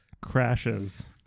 crashes